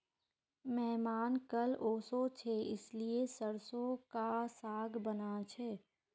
मेहमान कल ओशो छे इसीलिए सरसों का साग बाना छे